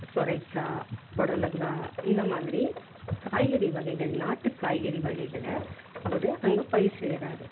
சுரைக்காய் புடலங்காய் இந்த மாதிரி காய்கறி வகைகள் நாட்டு காய்கறி வகைகளை அவர் அங்கே பயிர் செய்கிறாரு